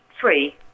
Three